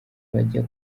bajya